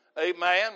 Amen